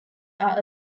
are